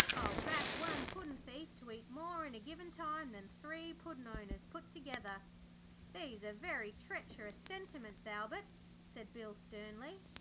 i'll back one puddin'-thief to eat more in a given time than three puddin'-owners put together these are very treacherous sentiments, albert said bill sternly.